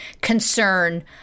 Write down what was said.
concern